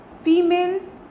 female